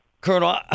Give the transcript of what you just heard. Colonel